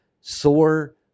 sore